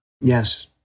Yes